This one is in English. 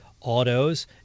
autos